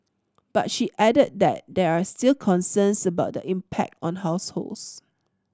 but she added that there are still concerns about the impact on households